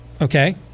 Okay